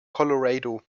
colorado